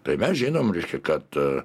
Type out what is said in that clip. tai mes žinome reiškia kad